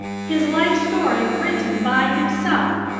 his life story written by himself!